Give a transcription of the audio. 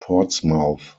portsmouth